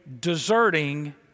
deserting